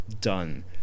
done